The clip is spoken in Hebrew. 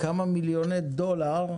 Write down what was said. כמה מיליוני דולרים,